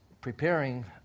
preparing